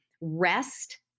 rest